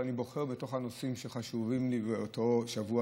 אני בוחר למה להצטרף מתוך הנושאים שחשובים לי באותו שבוע.